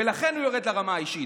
ולכן הוא יורד לרמה האישית.